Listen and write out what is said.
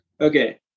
okay